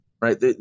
right